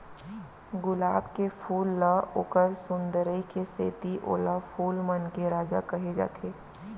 गुलाब के फूल ल ओकर सुंदरई के सेती ओला फूल मन के राजा कहे जाथे